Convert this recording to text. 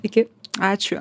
iki ačiū